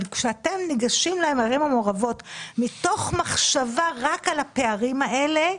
אבל כשאתם ניגשים לערים המעורבות מתוך מחשבה רק על הפערים האלה,